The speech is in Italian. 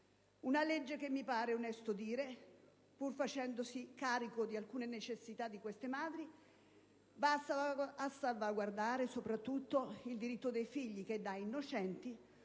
una legge che, mi pare onesto dire, pur facendosi carico di alcune necessità di queste madri, va a salvaguardare soprattutto i diritti dei figli che, da innocenti,